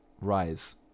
rise